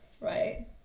right